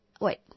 wait